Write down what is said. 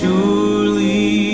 Surely